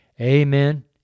Amen